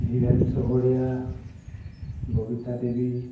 Dhiren Chahariya Babita Devi